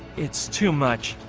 it's too much,